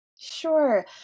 Sure